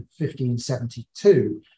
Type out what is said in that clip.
1572